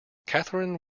catherine